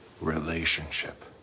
relationship